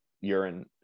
urine